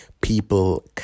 people